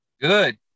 Good